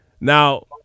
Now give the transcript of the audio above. Now